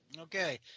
Okay